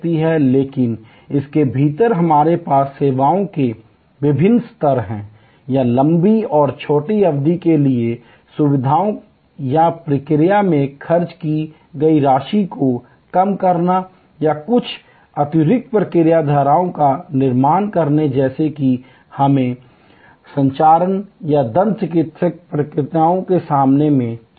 लेकिन इसके भीतर हमारे पास सेवाओं के विभिन्न स्तर हैं या लंबी और छोटी अवधि के लिए सुविधाएं या प्रक्रिया में खर्च की गई राशि को कम करना कुछ अतिरिक्त प्रक्रिया धाराओं का निर्माण करके जैसा कि हमने मोतियाबिंद संचालन या दंत चिकित्सक प्रक्रियाएंके मामले में चर्चा की